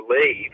leave